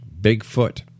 Bigfoot